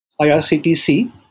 IRCTC